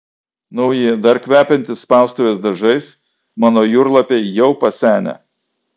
nauji dar kvepiantys spaustuvės dažais mano jūrlapiai jau pasenę